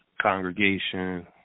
congregation